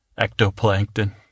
Ectoplankton